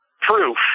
proof